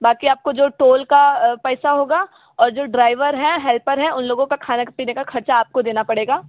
बाक़ी आपको जो टोल का पैसा होगा और जो ड्रायवर है हेल्पर है उन लोगों का खाने पीने का ख़र्च आपको देना पड़ेगा